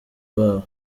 babo